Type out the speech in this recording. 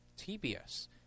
TBS